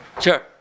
Sure